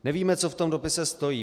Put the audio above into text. Nevíme, co v tom dopise stojí.